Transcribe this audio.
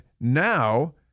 now